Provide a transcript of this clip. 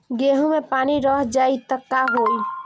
गेंहू मे पानी रह जाई त का होई?